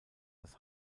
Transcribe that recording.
das